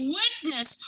witness